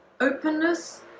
openness